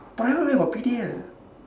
private where got P_D_L